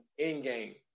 Endgame